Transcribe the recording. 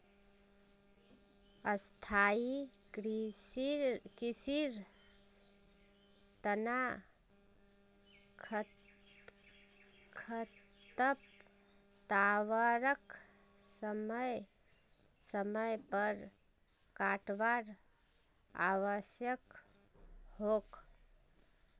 स्थाई कृषिर तना खरपतवारक समय समय पर काटवार आवश्यक छोक